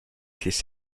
his